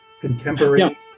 contemporary